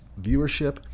viewership